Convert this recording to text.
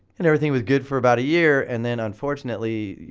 and everything was good for about a year and then unfortunately